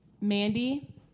Mandy